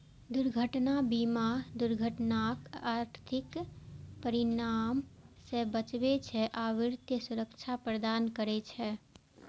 दुर्घटना बीमा दुर्घटनाक आर्थिक परिणाम सं बचबै छै आ वित्तीय सुरक्षा प्रदान करै छै